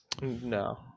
No